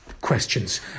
questions